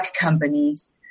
companies